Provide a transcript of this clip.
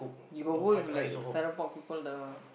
you got go with like Farrer Park people the